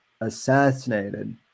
assassinated